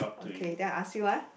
okay then I ask you ah